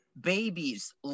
babies